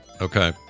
okay